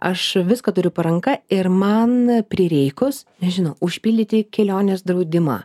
aš viską turiu po ranka ir man prireikus nežinau užpildyti kelionės draudimą